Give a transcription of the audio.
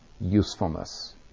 usefulness